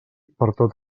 pertot